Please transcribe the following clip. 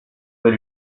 vais